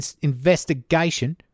investigation